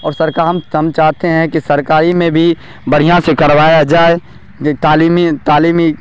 اور سرکار ہم چاہتے کہ سرکاری میں بھی بڑھیا سے کروایا جائے تعلیمی تعلیمی